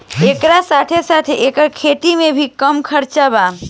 एकरा साथे साथे एकर खेती में भी कम खर्चा बा